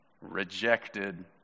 rejected